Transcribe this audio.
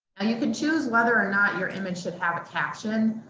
and you can choose whether or not your image should have a caption.